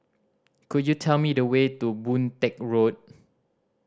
could you tell me the way to Boon Teck Road